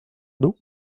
d’eau